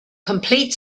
complete